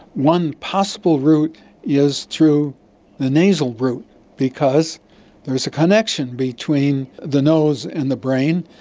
one possible route is through the nasal route because there is a connection between the nose and the brain,